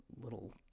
little